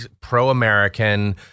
pro-American